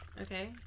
Okay